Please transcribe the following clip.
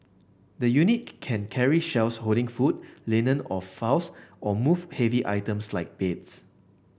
the unit can carry shelves holding food linen or files or move heavy items like beds